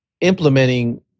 implementing